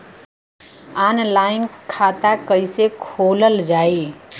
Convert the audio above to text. Online खाता कईसे खोलल जाई?